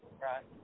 Right